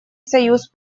союз